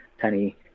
tiny